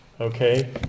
Okay